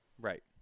Right